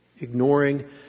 Ignoring